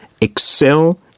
Excel